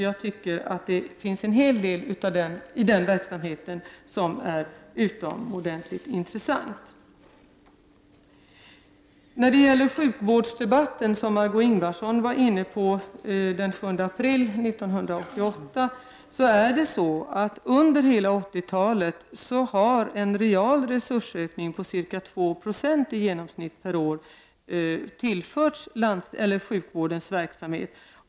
Jag tycker att det finns en hel del i den verksamheten som är utomordentligt intressant. Under hela 80-talet har en real resursökning på ca 2 70 i genomsnitt per år tillförts sjukvårdsverksamheten.